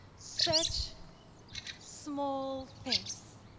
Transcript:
such small things.